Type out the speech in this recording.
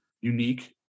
unique